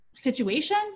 situation